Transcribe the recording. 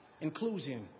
inclusion